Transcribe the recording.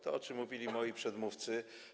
To, o czym mówili moi przedmówcy.